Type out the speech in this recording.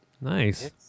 Nice